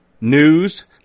News